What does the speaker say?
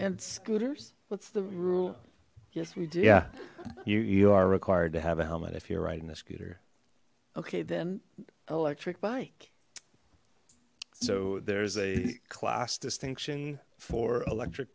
scooters what's the rule yes we do yeah you you are required to have a helmet if you're riding the scooter okay then electric bike so there's a class distinction for electric